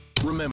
Remember